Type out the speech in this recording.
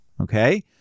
Okay